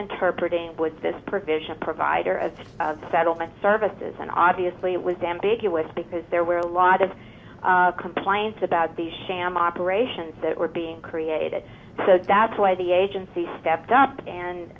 interpreted was this provision provider as a settlement services and obviously it was ambiguous because there were a lot of complaints about the sham operations that were being created so that's why the agency stepped up and